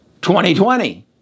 2020